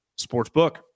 Sportsbook